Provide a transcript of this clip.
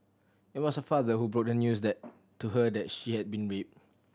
it was her father who broke the news that to her that she had been raped